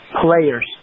players